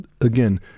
Again